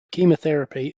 chemotherapy